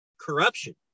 corruption